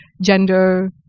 gender